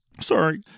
sorry